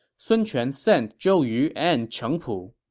sun quan sent zhou yu and cheng pu.